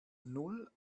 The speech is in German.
null